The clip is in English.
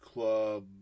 Club